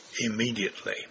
immediately